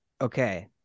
okay